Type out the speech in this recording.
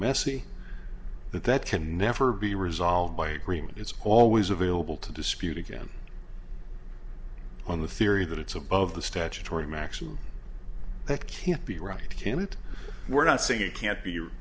messy that that can never be resolved by agreement it's always available to dispute again on the theory that it's above the statutory max and that can't be right can it we're not saying it can't be